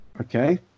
okay